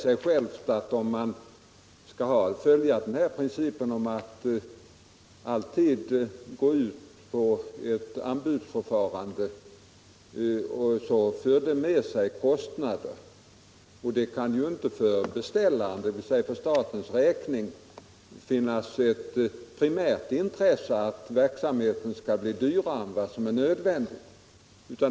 Om man skall följa principen att aldrig tillämpa ett anbudsförfarande, medför det självfallet kostnader. Det kan inte för beställaren, dvs. för staten, vara ett primärt intresse att verksamheten skall bli dyrare än vad som är nödvändigt.